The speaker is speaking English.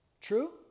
True